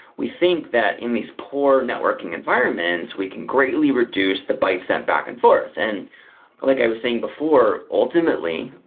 we think that in these poor networking environments, we can greatly reduce the bytes sent back and forth. and like i was saying before, ultimately,